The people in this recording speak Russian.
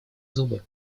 зубы